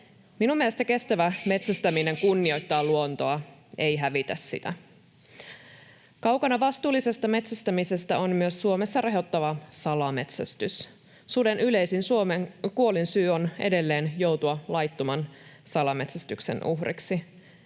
Minun mielestäni kestävä metsästäminen kunnioittaa luontoa, ei hävitä sitä. Kaukana vastuullisesta metsästämisestä on myös Suomessa rehottava salametsästys. Suden yleisin kuolinsyy Suomessa on edelleen joutua laittoman salametsästyksen uhriksi.